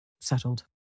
settled